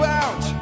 out